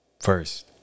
first